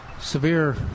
severe